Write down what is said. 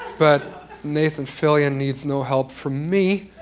but nathan fillion needs no help from me.